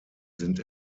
sind